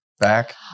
Back